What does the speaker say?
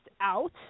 out